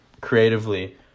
creatively